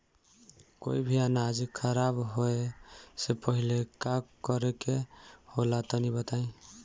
कोई भी अनाज खराब होए से पहले का करेके होला तनी बताई?